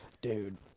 Dude